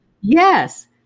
Yes